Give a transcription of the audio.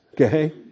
okay